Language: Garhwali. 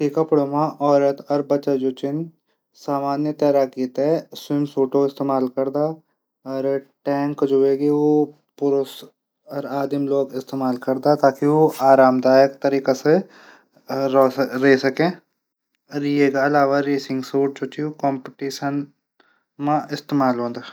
तैराकी कपडो मा औरत और बचा जू छन सामान्य तैराकी मा स्वीम सूटक इस्तेमाल करदा। टैक जू हवेग्या ऊ पुरूष आदमी लोग इस्तेमाल करदा। ताकी आरम आरामदायक तरीके से रै साके। ये अलावा रेसिंग सूट कॉम्पिटिशन मा इस्तेमाल हो।